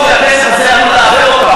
משפחות שהכסף הזה עלול לעוור אותן.